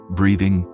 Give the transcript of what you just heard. breathing